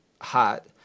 hot